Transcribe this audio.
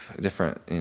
different